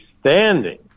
standing